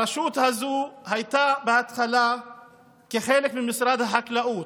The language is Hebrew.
הרשות הזו הייתה בהתחלה חלק ממשרד החקלאות,